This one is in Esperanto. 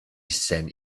sen